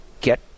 get